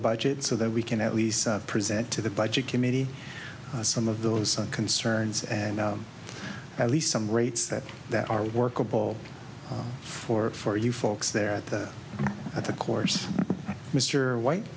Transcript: budget so that we can at least present to the budget committee some of those concerns and at least some rates that that are workable for for you folks there at the course mr white